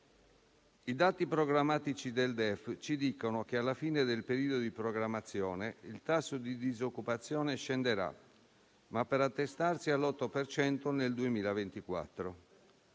i dati programmatici del DEF ci dicono che alla fine del periodo di programmazione il tasso di disoccupazione scenderà, ma per attestarsi all'8 per cento